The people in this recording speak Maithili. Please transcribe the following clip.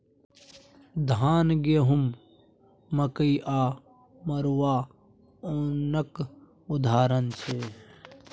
धान, गहुँम, मकइ आ मरुआ ओनक उदाहरण छै